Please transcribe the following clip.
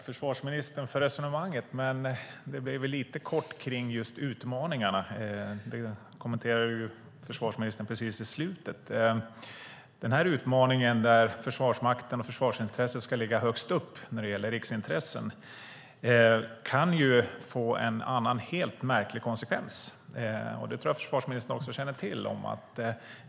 Fru talman! Tack för resonemanget, försvarsministern! Men det blev lite kort om just utmaningar. Det kommenterade försvarsministern precis i slutet. Den här utmaningen där Försvarsmakten och försvarsintresset ska ligga högst upp när det gäller riksintressen kan få en annan märklig konsekvens. Det tror jag att försvarsministern också känner till.